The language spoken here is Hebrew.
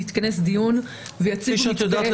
יתכנס דיון ויציגו מתווה ויביאו --- כפי שאת יודעת,